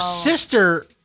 sister